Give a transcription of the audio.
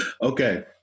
Okay